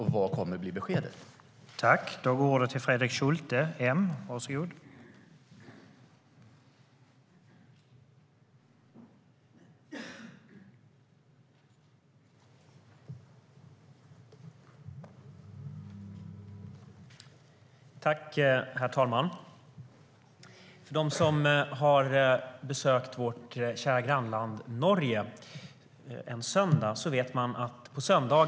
Vilket kommer beskedet att bli?